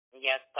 Yes